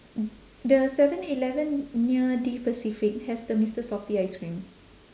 the seven eleven near de pacific has the mister softee ice cream